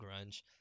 grunge